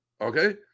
Okay